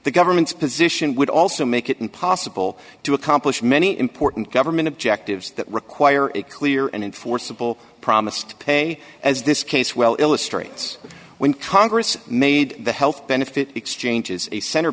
the government's position would also make it impossible to accomplish many important government objectives that require it clear and enforceable promised pay as this case well illustrates when congress made the health benefit exchanges a center